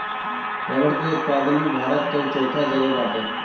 रबड़ के उत्पादन में भारत कअ चउथा जगह बाटे